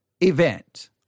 event